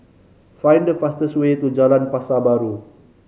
find the fastest way to Jalan Pasar Baru